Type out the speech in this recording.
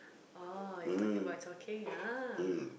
oh you're talking about talking chao keng ah